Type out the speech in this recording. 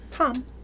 Tom